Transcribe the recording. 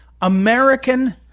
American